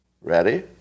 Ready